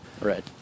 Right